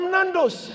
Nando's